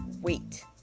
wait